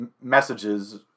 messages